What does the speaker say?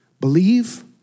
Believe